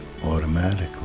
automatically